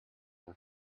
our